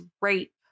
rape